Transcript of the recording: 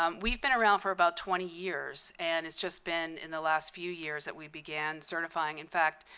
um we've been around for about twenty years, and it's just been in the last few years that we began certifying. in fact,